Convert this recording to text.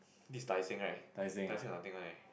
this Tai Seng right Tai Seng got nothing right